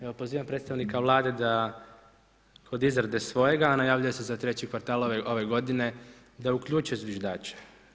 Evo, pozivam predstavnika Vlade da kod izrade svojega, a najavljuje se za 3 kvartal ove godine, da uključe zviždače.